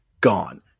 Gone